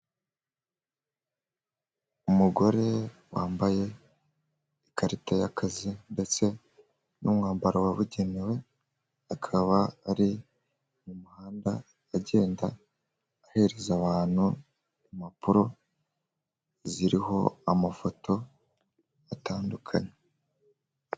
Umugore wambaye ikarita y'akazi ndetse n'umwambaro wabugenewe akaba ari mu muhanda agenda ahereza abantu impapuro ziriho amafoto atandukanye.